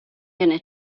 gonna